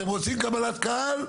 אתם רוצים קבלת קהל?